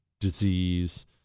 disease